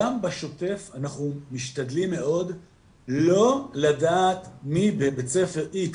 גם בשוטף אנחנו משתדלים מאוד לא לדעת מי בבית ספר X